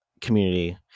community